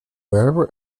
wherever